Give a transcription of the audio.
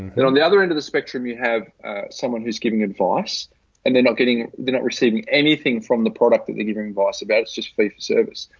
then on the other end of the spectrum, you have someone who's giving advice and they're not getting, they're not receiving anything from the product that they're giving advice about. it's just fee for service.